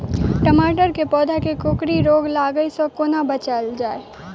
टमाटर केँ पौधा केँ कोकरी रोग लागै सऽ कोना बचाएल जाएँ?